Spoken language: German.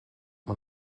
man